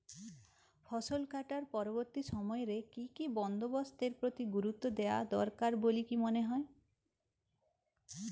ফসলকাটার পরবর্তী সময় রে কি কি বন্দোবস্তের প্রতি গুরুত্ব দেওয়া দরকার বলিকি মনে হয়?